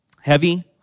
heavy